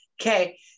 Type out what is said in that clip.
Okay